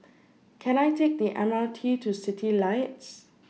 Can I Take The M R T to Citylights